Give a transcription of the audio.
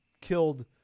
killed